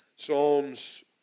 Psalms